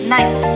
Night